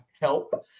help